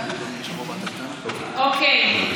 אוקיי.